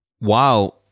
Wow